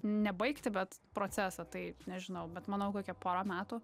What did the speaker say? ne baigtį bet procesą tai nežinau bet manau kokią porą metų